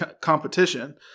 competition